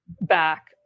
back